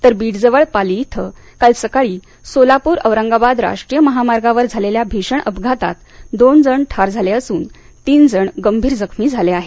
तर बीडजवळ पाली इथं काल सकाळी सोलापूर औरंगाबाद राष्ट्रीय महामार्गावर झालेल्या भीषण अपघातात दोन जण ठार झाले असून तीन जण गंभीर जखमी झाले आहेत